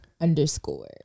underscore